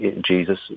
Jesus